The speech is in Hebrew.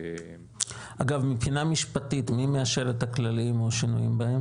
אגב, מבחינה משפטית, מי מאשר את הכללים שנקבעים?